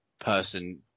person